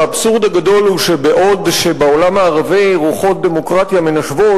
מצער מאוד שבעוד שבעולם הערבי רוחות דמוקרטיה מנשבות,